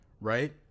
right